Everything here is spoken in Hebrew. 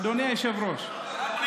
אדוני היושב-ראש, מה זאת אומרת?